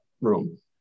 room